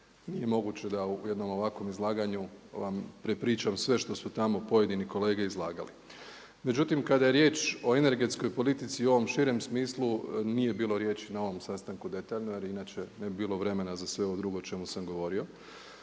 Nije moguće da u jednom ovakvom izlaganju vam prepričam sve što su tamo pojedini kolege izlagali. Međutim kada je riječ o energetskoj politici u ovom širem smislu nije bilo riječi na ovom sastanku da je …/Govornik se ne razumije./… inače ne bi bilo vremena za sve ovo drugo o čemu sam govorio.